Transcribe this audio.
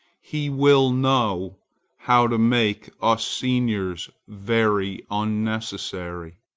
he will know how to make us seniors very unnecessary.